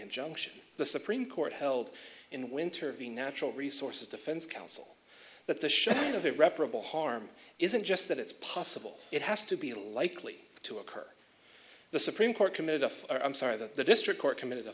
injunction the supreme court held in winter v natural resources defense council that the shock of irreparable harm isn't just that it's possible it has to be likely to occur the supreme court committed a i'm sorry that the district court committed a